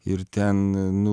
ir ten nu